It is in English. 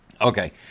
Okay